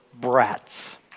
brats